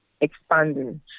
expanding